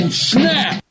snap